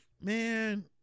Man